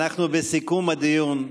אנחנו בסיכום הדיון.